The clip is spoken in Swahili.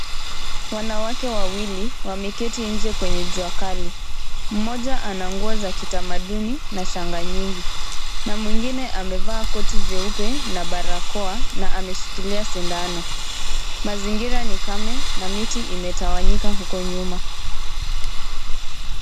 Wanawake wawili wameketi nje kwenye jua kali. Mmoja ana nguo za kitamaduni na shanga nyingi na mwingine amevaa koti jeupe na barakoa na ameshikilia sindano. Mazingira ni kame na miti imetawanyika huko nyuma.